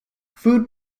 food